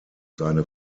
seine